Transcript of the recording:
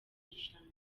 rushanwa